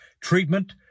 treatment